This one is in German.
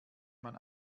man